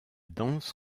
danse